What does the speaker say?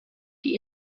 die